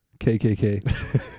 KKK